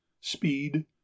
speed